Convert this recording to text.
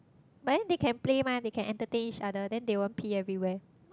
but they can play mah they can entertain each other then they will pee everywhere